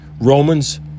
Romans